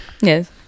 Yes